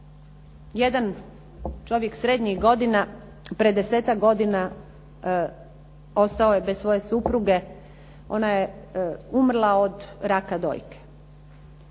Jedan čovjek srednjih godina pred desetak godina ostao je bez svoje supruge. Ona je umrla od raka dojke.